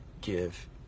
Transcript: give